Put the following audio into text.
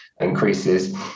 increases